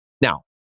Now